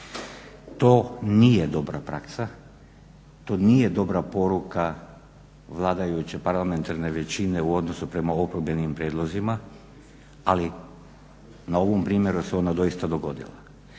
To nije dobra praksa, to nije dobra poruka vladajuće, parlamentarne većine u odnosu prema oporbenim prijedlozima, ali na ovom primjeru se ona doista dogodila.